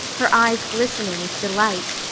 her eyes glistening with delight.